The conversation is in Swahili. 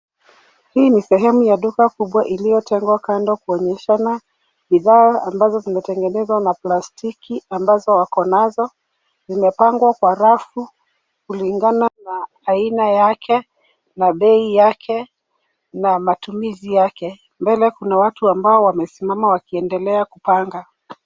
Hii ni sehemu ya duka kubwa iliyotengwa kando kuonyeshana bidhaa ambazo zimetengenezwa na plastiki ambazo wako nazo. Zimepangwa kwa rafu kulingana na aina yake, na bei yake na matumizi yake. Mbele kuna watu ambao wamesimama wakiendelea kupanga.